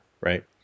right